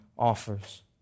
offers